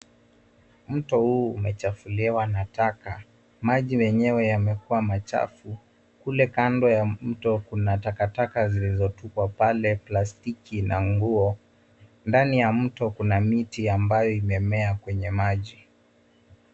Mto huu umechafuliwa na taka. Maji yenyewe yamekuwa machafu. Kule kando ya mto kuna takataka zilizotupwa pale, plastiki na nguo. Ndani ya mto kuna miti ambayo imemea kwenye maji.